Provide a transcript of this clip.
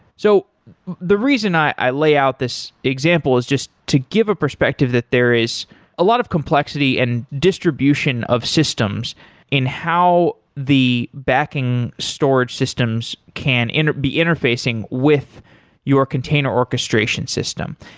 so the reason i layout this example is just to give a perspective that there is a lot of complexity and distribution of systems in how the backing storage systems can be interfacing with your container orchestration system.